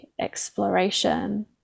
exploration